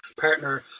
partner